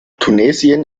tunesien